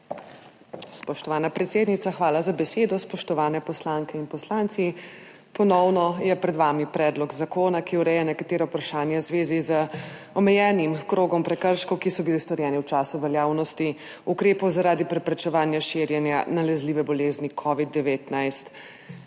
Spoštovana predsednica, hvala za besedo. Spoštovane poslanke in poslanci! Ponovno je pred vami predlog zakona, ki ureja nekatera vprašanja v zvezi z omejenim krogom prekrškov, ki so bili storjeni v času veljavnosti ukrepov zaradi preprečevanja širjenja nalezljive bolezni covid-19.